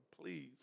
Please